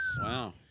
Wow